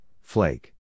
flake